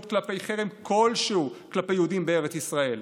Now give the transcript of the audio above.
כלפי חרם כלשהו כלפי יהודים בארץ ישראל.